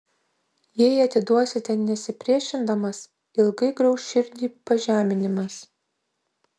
jei atiduosite nesipriešindamas ilgai grauš širdį pažeminimas